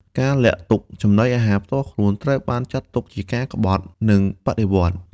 ការលាក់ទុកចំណីអាហារផ្ទាល់ខ្លួន ត្រូវបានចាត់ទុកជាការក្បត់នឹងបដិវត្តន៍។